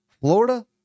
Florida